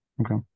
Okay